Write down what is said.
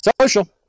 Social